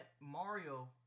Mario